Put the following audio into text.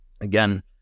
again